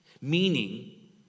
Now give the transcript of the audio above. Meaning